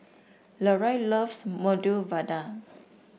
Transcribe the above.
Leroy loves Medu Vada